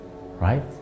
right